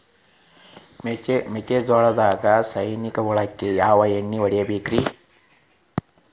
ಮೆಕ್ಕಿಜೋಳದಾಗ ಸೈನಿಕ ಹುಳಕ್ಕ ಯಾವ ಎಣ್ಣಿ ಹೊಡಿಬೇಕ್ರೇ?